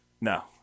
no